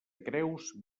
creus